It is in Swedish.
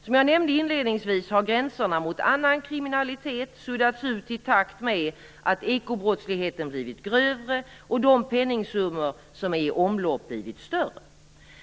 Som jag nämnde inledningsvis har gränserna mot annan kriminalitet suddats ut i takt med att ekobrottsligheten har blivit grövre och de penningsummor som är i omlopp har blivit större.